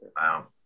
Wow